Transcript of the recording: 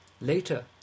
Later